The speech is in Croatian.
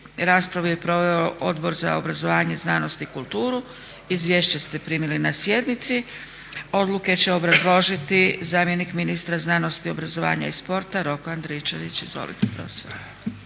Raspravu je proveo Odbor za obrazovanje, znanost i kulturu. Izvješće ste primili na sjednici. Odluke će obrazložiti zamjenik ministra znanosti, obrazovanja i sporta Roko Andričević. Izvolite profesore.